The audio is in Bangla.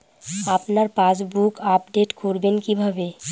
আপনার পাসবুক আপডেট করবেন কিভাবে?